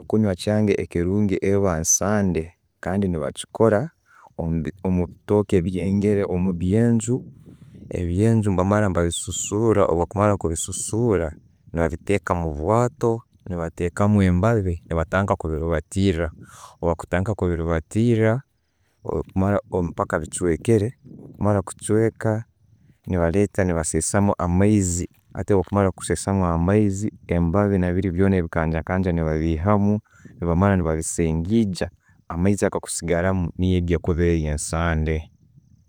Ekinywa ekyange ekirungi eba nsande, kandi ne'bakikora omubitooke ebyengeire omu byenju. Ebyenju nebamara ne'babisusura, obwakumara kubisusura, babiteka omubwato, batekamu embabi nebatandika kubiribatira obwakutandika kubiribatira, mpaka bichwekere. Kumara kuchweka, nebaleeta nebassensamu amaizi. Hati bwo kumara kusensamu amaizi, nke embabi na biri ebikanjakanja babihamu nebamara nebabisengeijja, amaizi agakusigaramu niyegyo ekuba ensande.